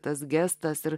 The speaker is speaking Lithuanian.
tas gestas ir